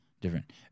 different